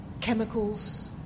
chemicals